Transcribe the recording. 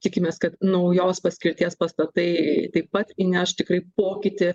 tikimės kad naujos paskirties pastatai taip pat įneš tikrai pokytį